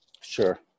Sure